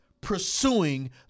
pursuing